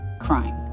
crying